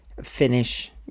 finish